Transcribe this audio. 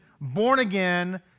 born-again